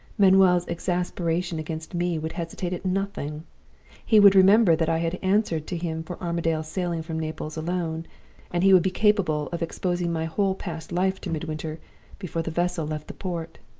manuel's exasperation against me would hesitate at nothing he would remember that i had answered to him for armadale's sailing from naples alone and he would be capable of exposing my whole past life to midwinter before the vessel left the port.